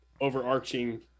overarching